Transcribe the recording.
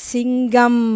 Singam